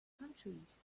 countries